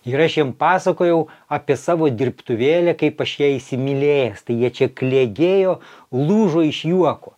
ir aš jiem pasakojau apie savo dirbtuvėlę kaip aš ją įsimylėjęs tai jie čia klegėjo lūžo iš juoko